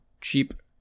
cheap